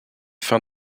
fin